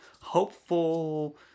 hopeful